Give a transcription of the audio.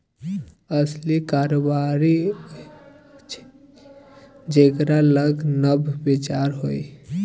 असली कारोबारी उएह छै जेकरा लग नब विचार होए